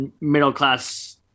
middle-class